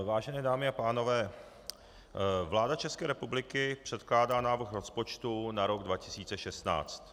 Vážené dámy a pánové, vláda České republiky předkládá návrh rozpočtu na rok 2016.